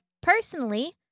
personally